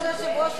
כבוד היושב-ראש,